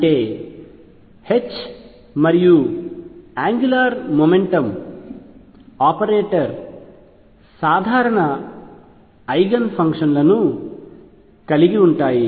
అంటే H మరియు angular mechanics operator సాధారణ ఐగెన్ ఫంక్షన్లను కలిగి ఉంటాయి